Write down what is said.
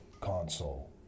console